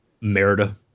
Merida